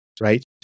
right